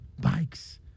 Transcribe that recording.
bikes